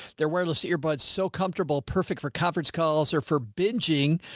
they're wireless earbuds, so comfortable. perfect for conference calls or for bingeing?